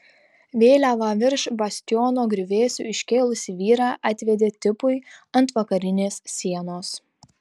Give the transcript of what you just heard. vėliavą virš bastiono griuvėsių iškėlusį vyrą atvedė tipui ant vakarinės sienos